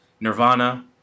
Nirvana